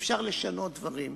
שאפשר לשנות דברים,